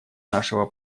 нашего